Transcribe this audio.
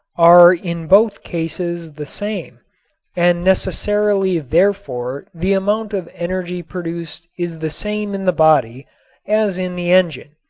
are in both cases the same and necessarily therefore the amount of energy produced is the same in the body as in the engine.